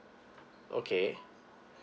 okay